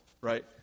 right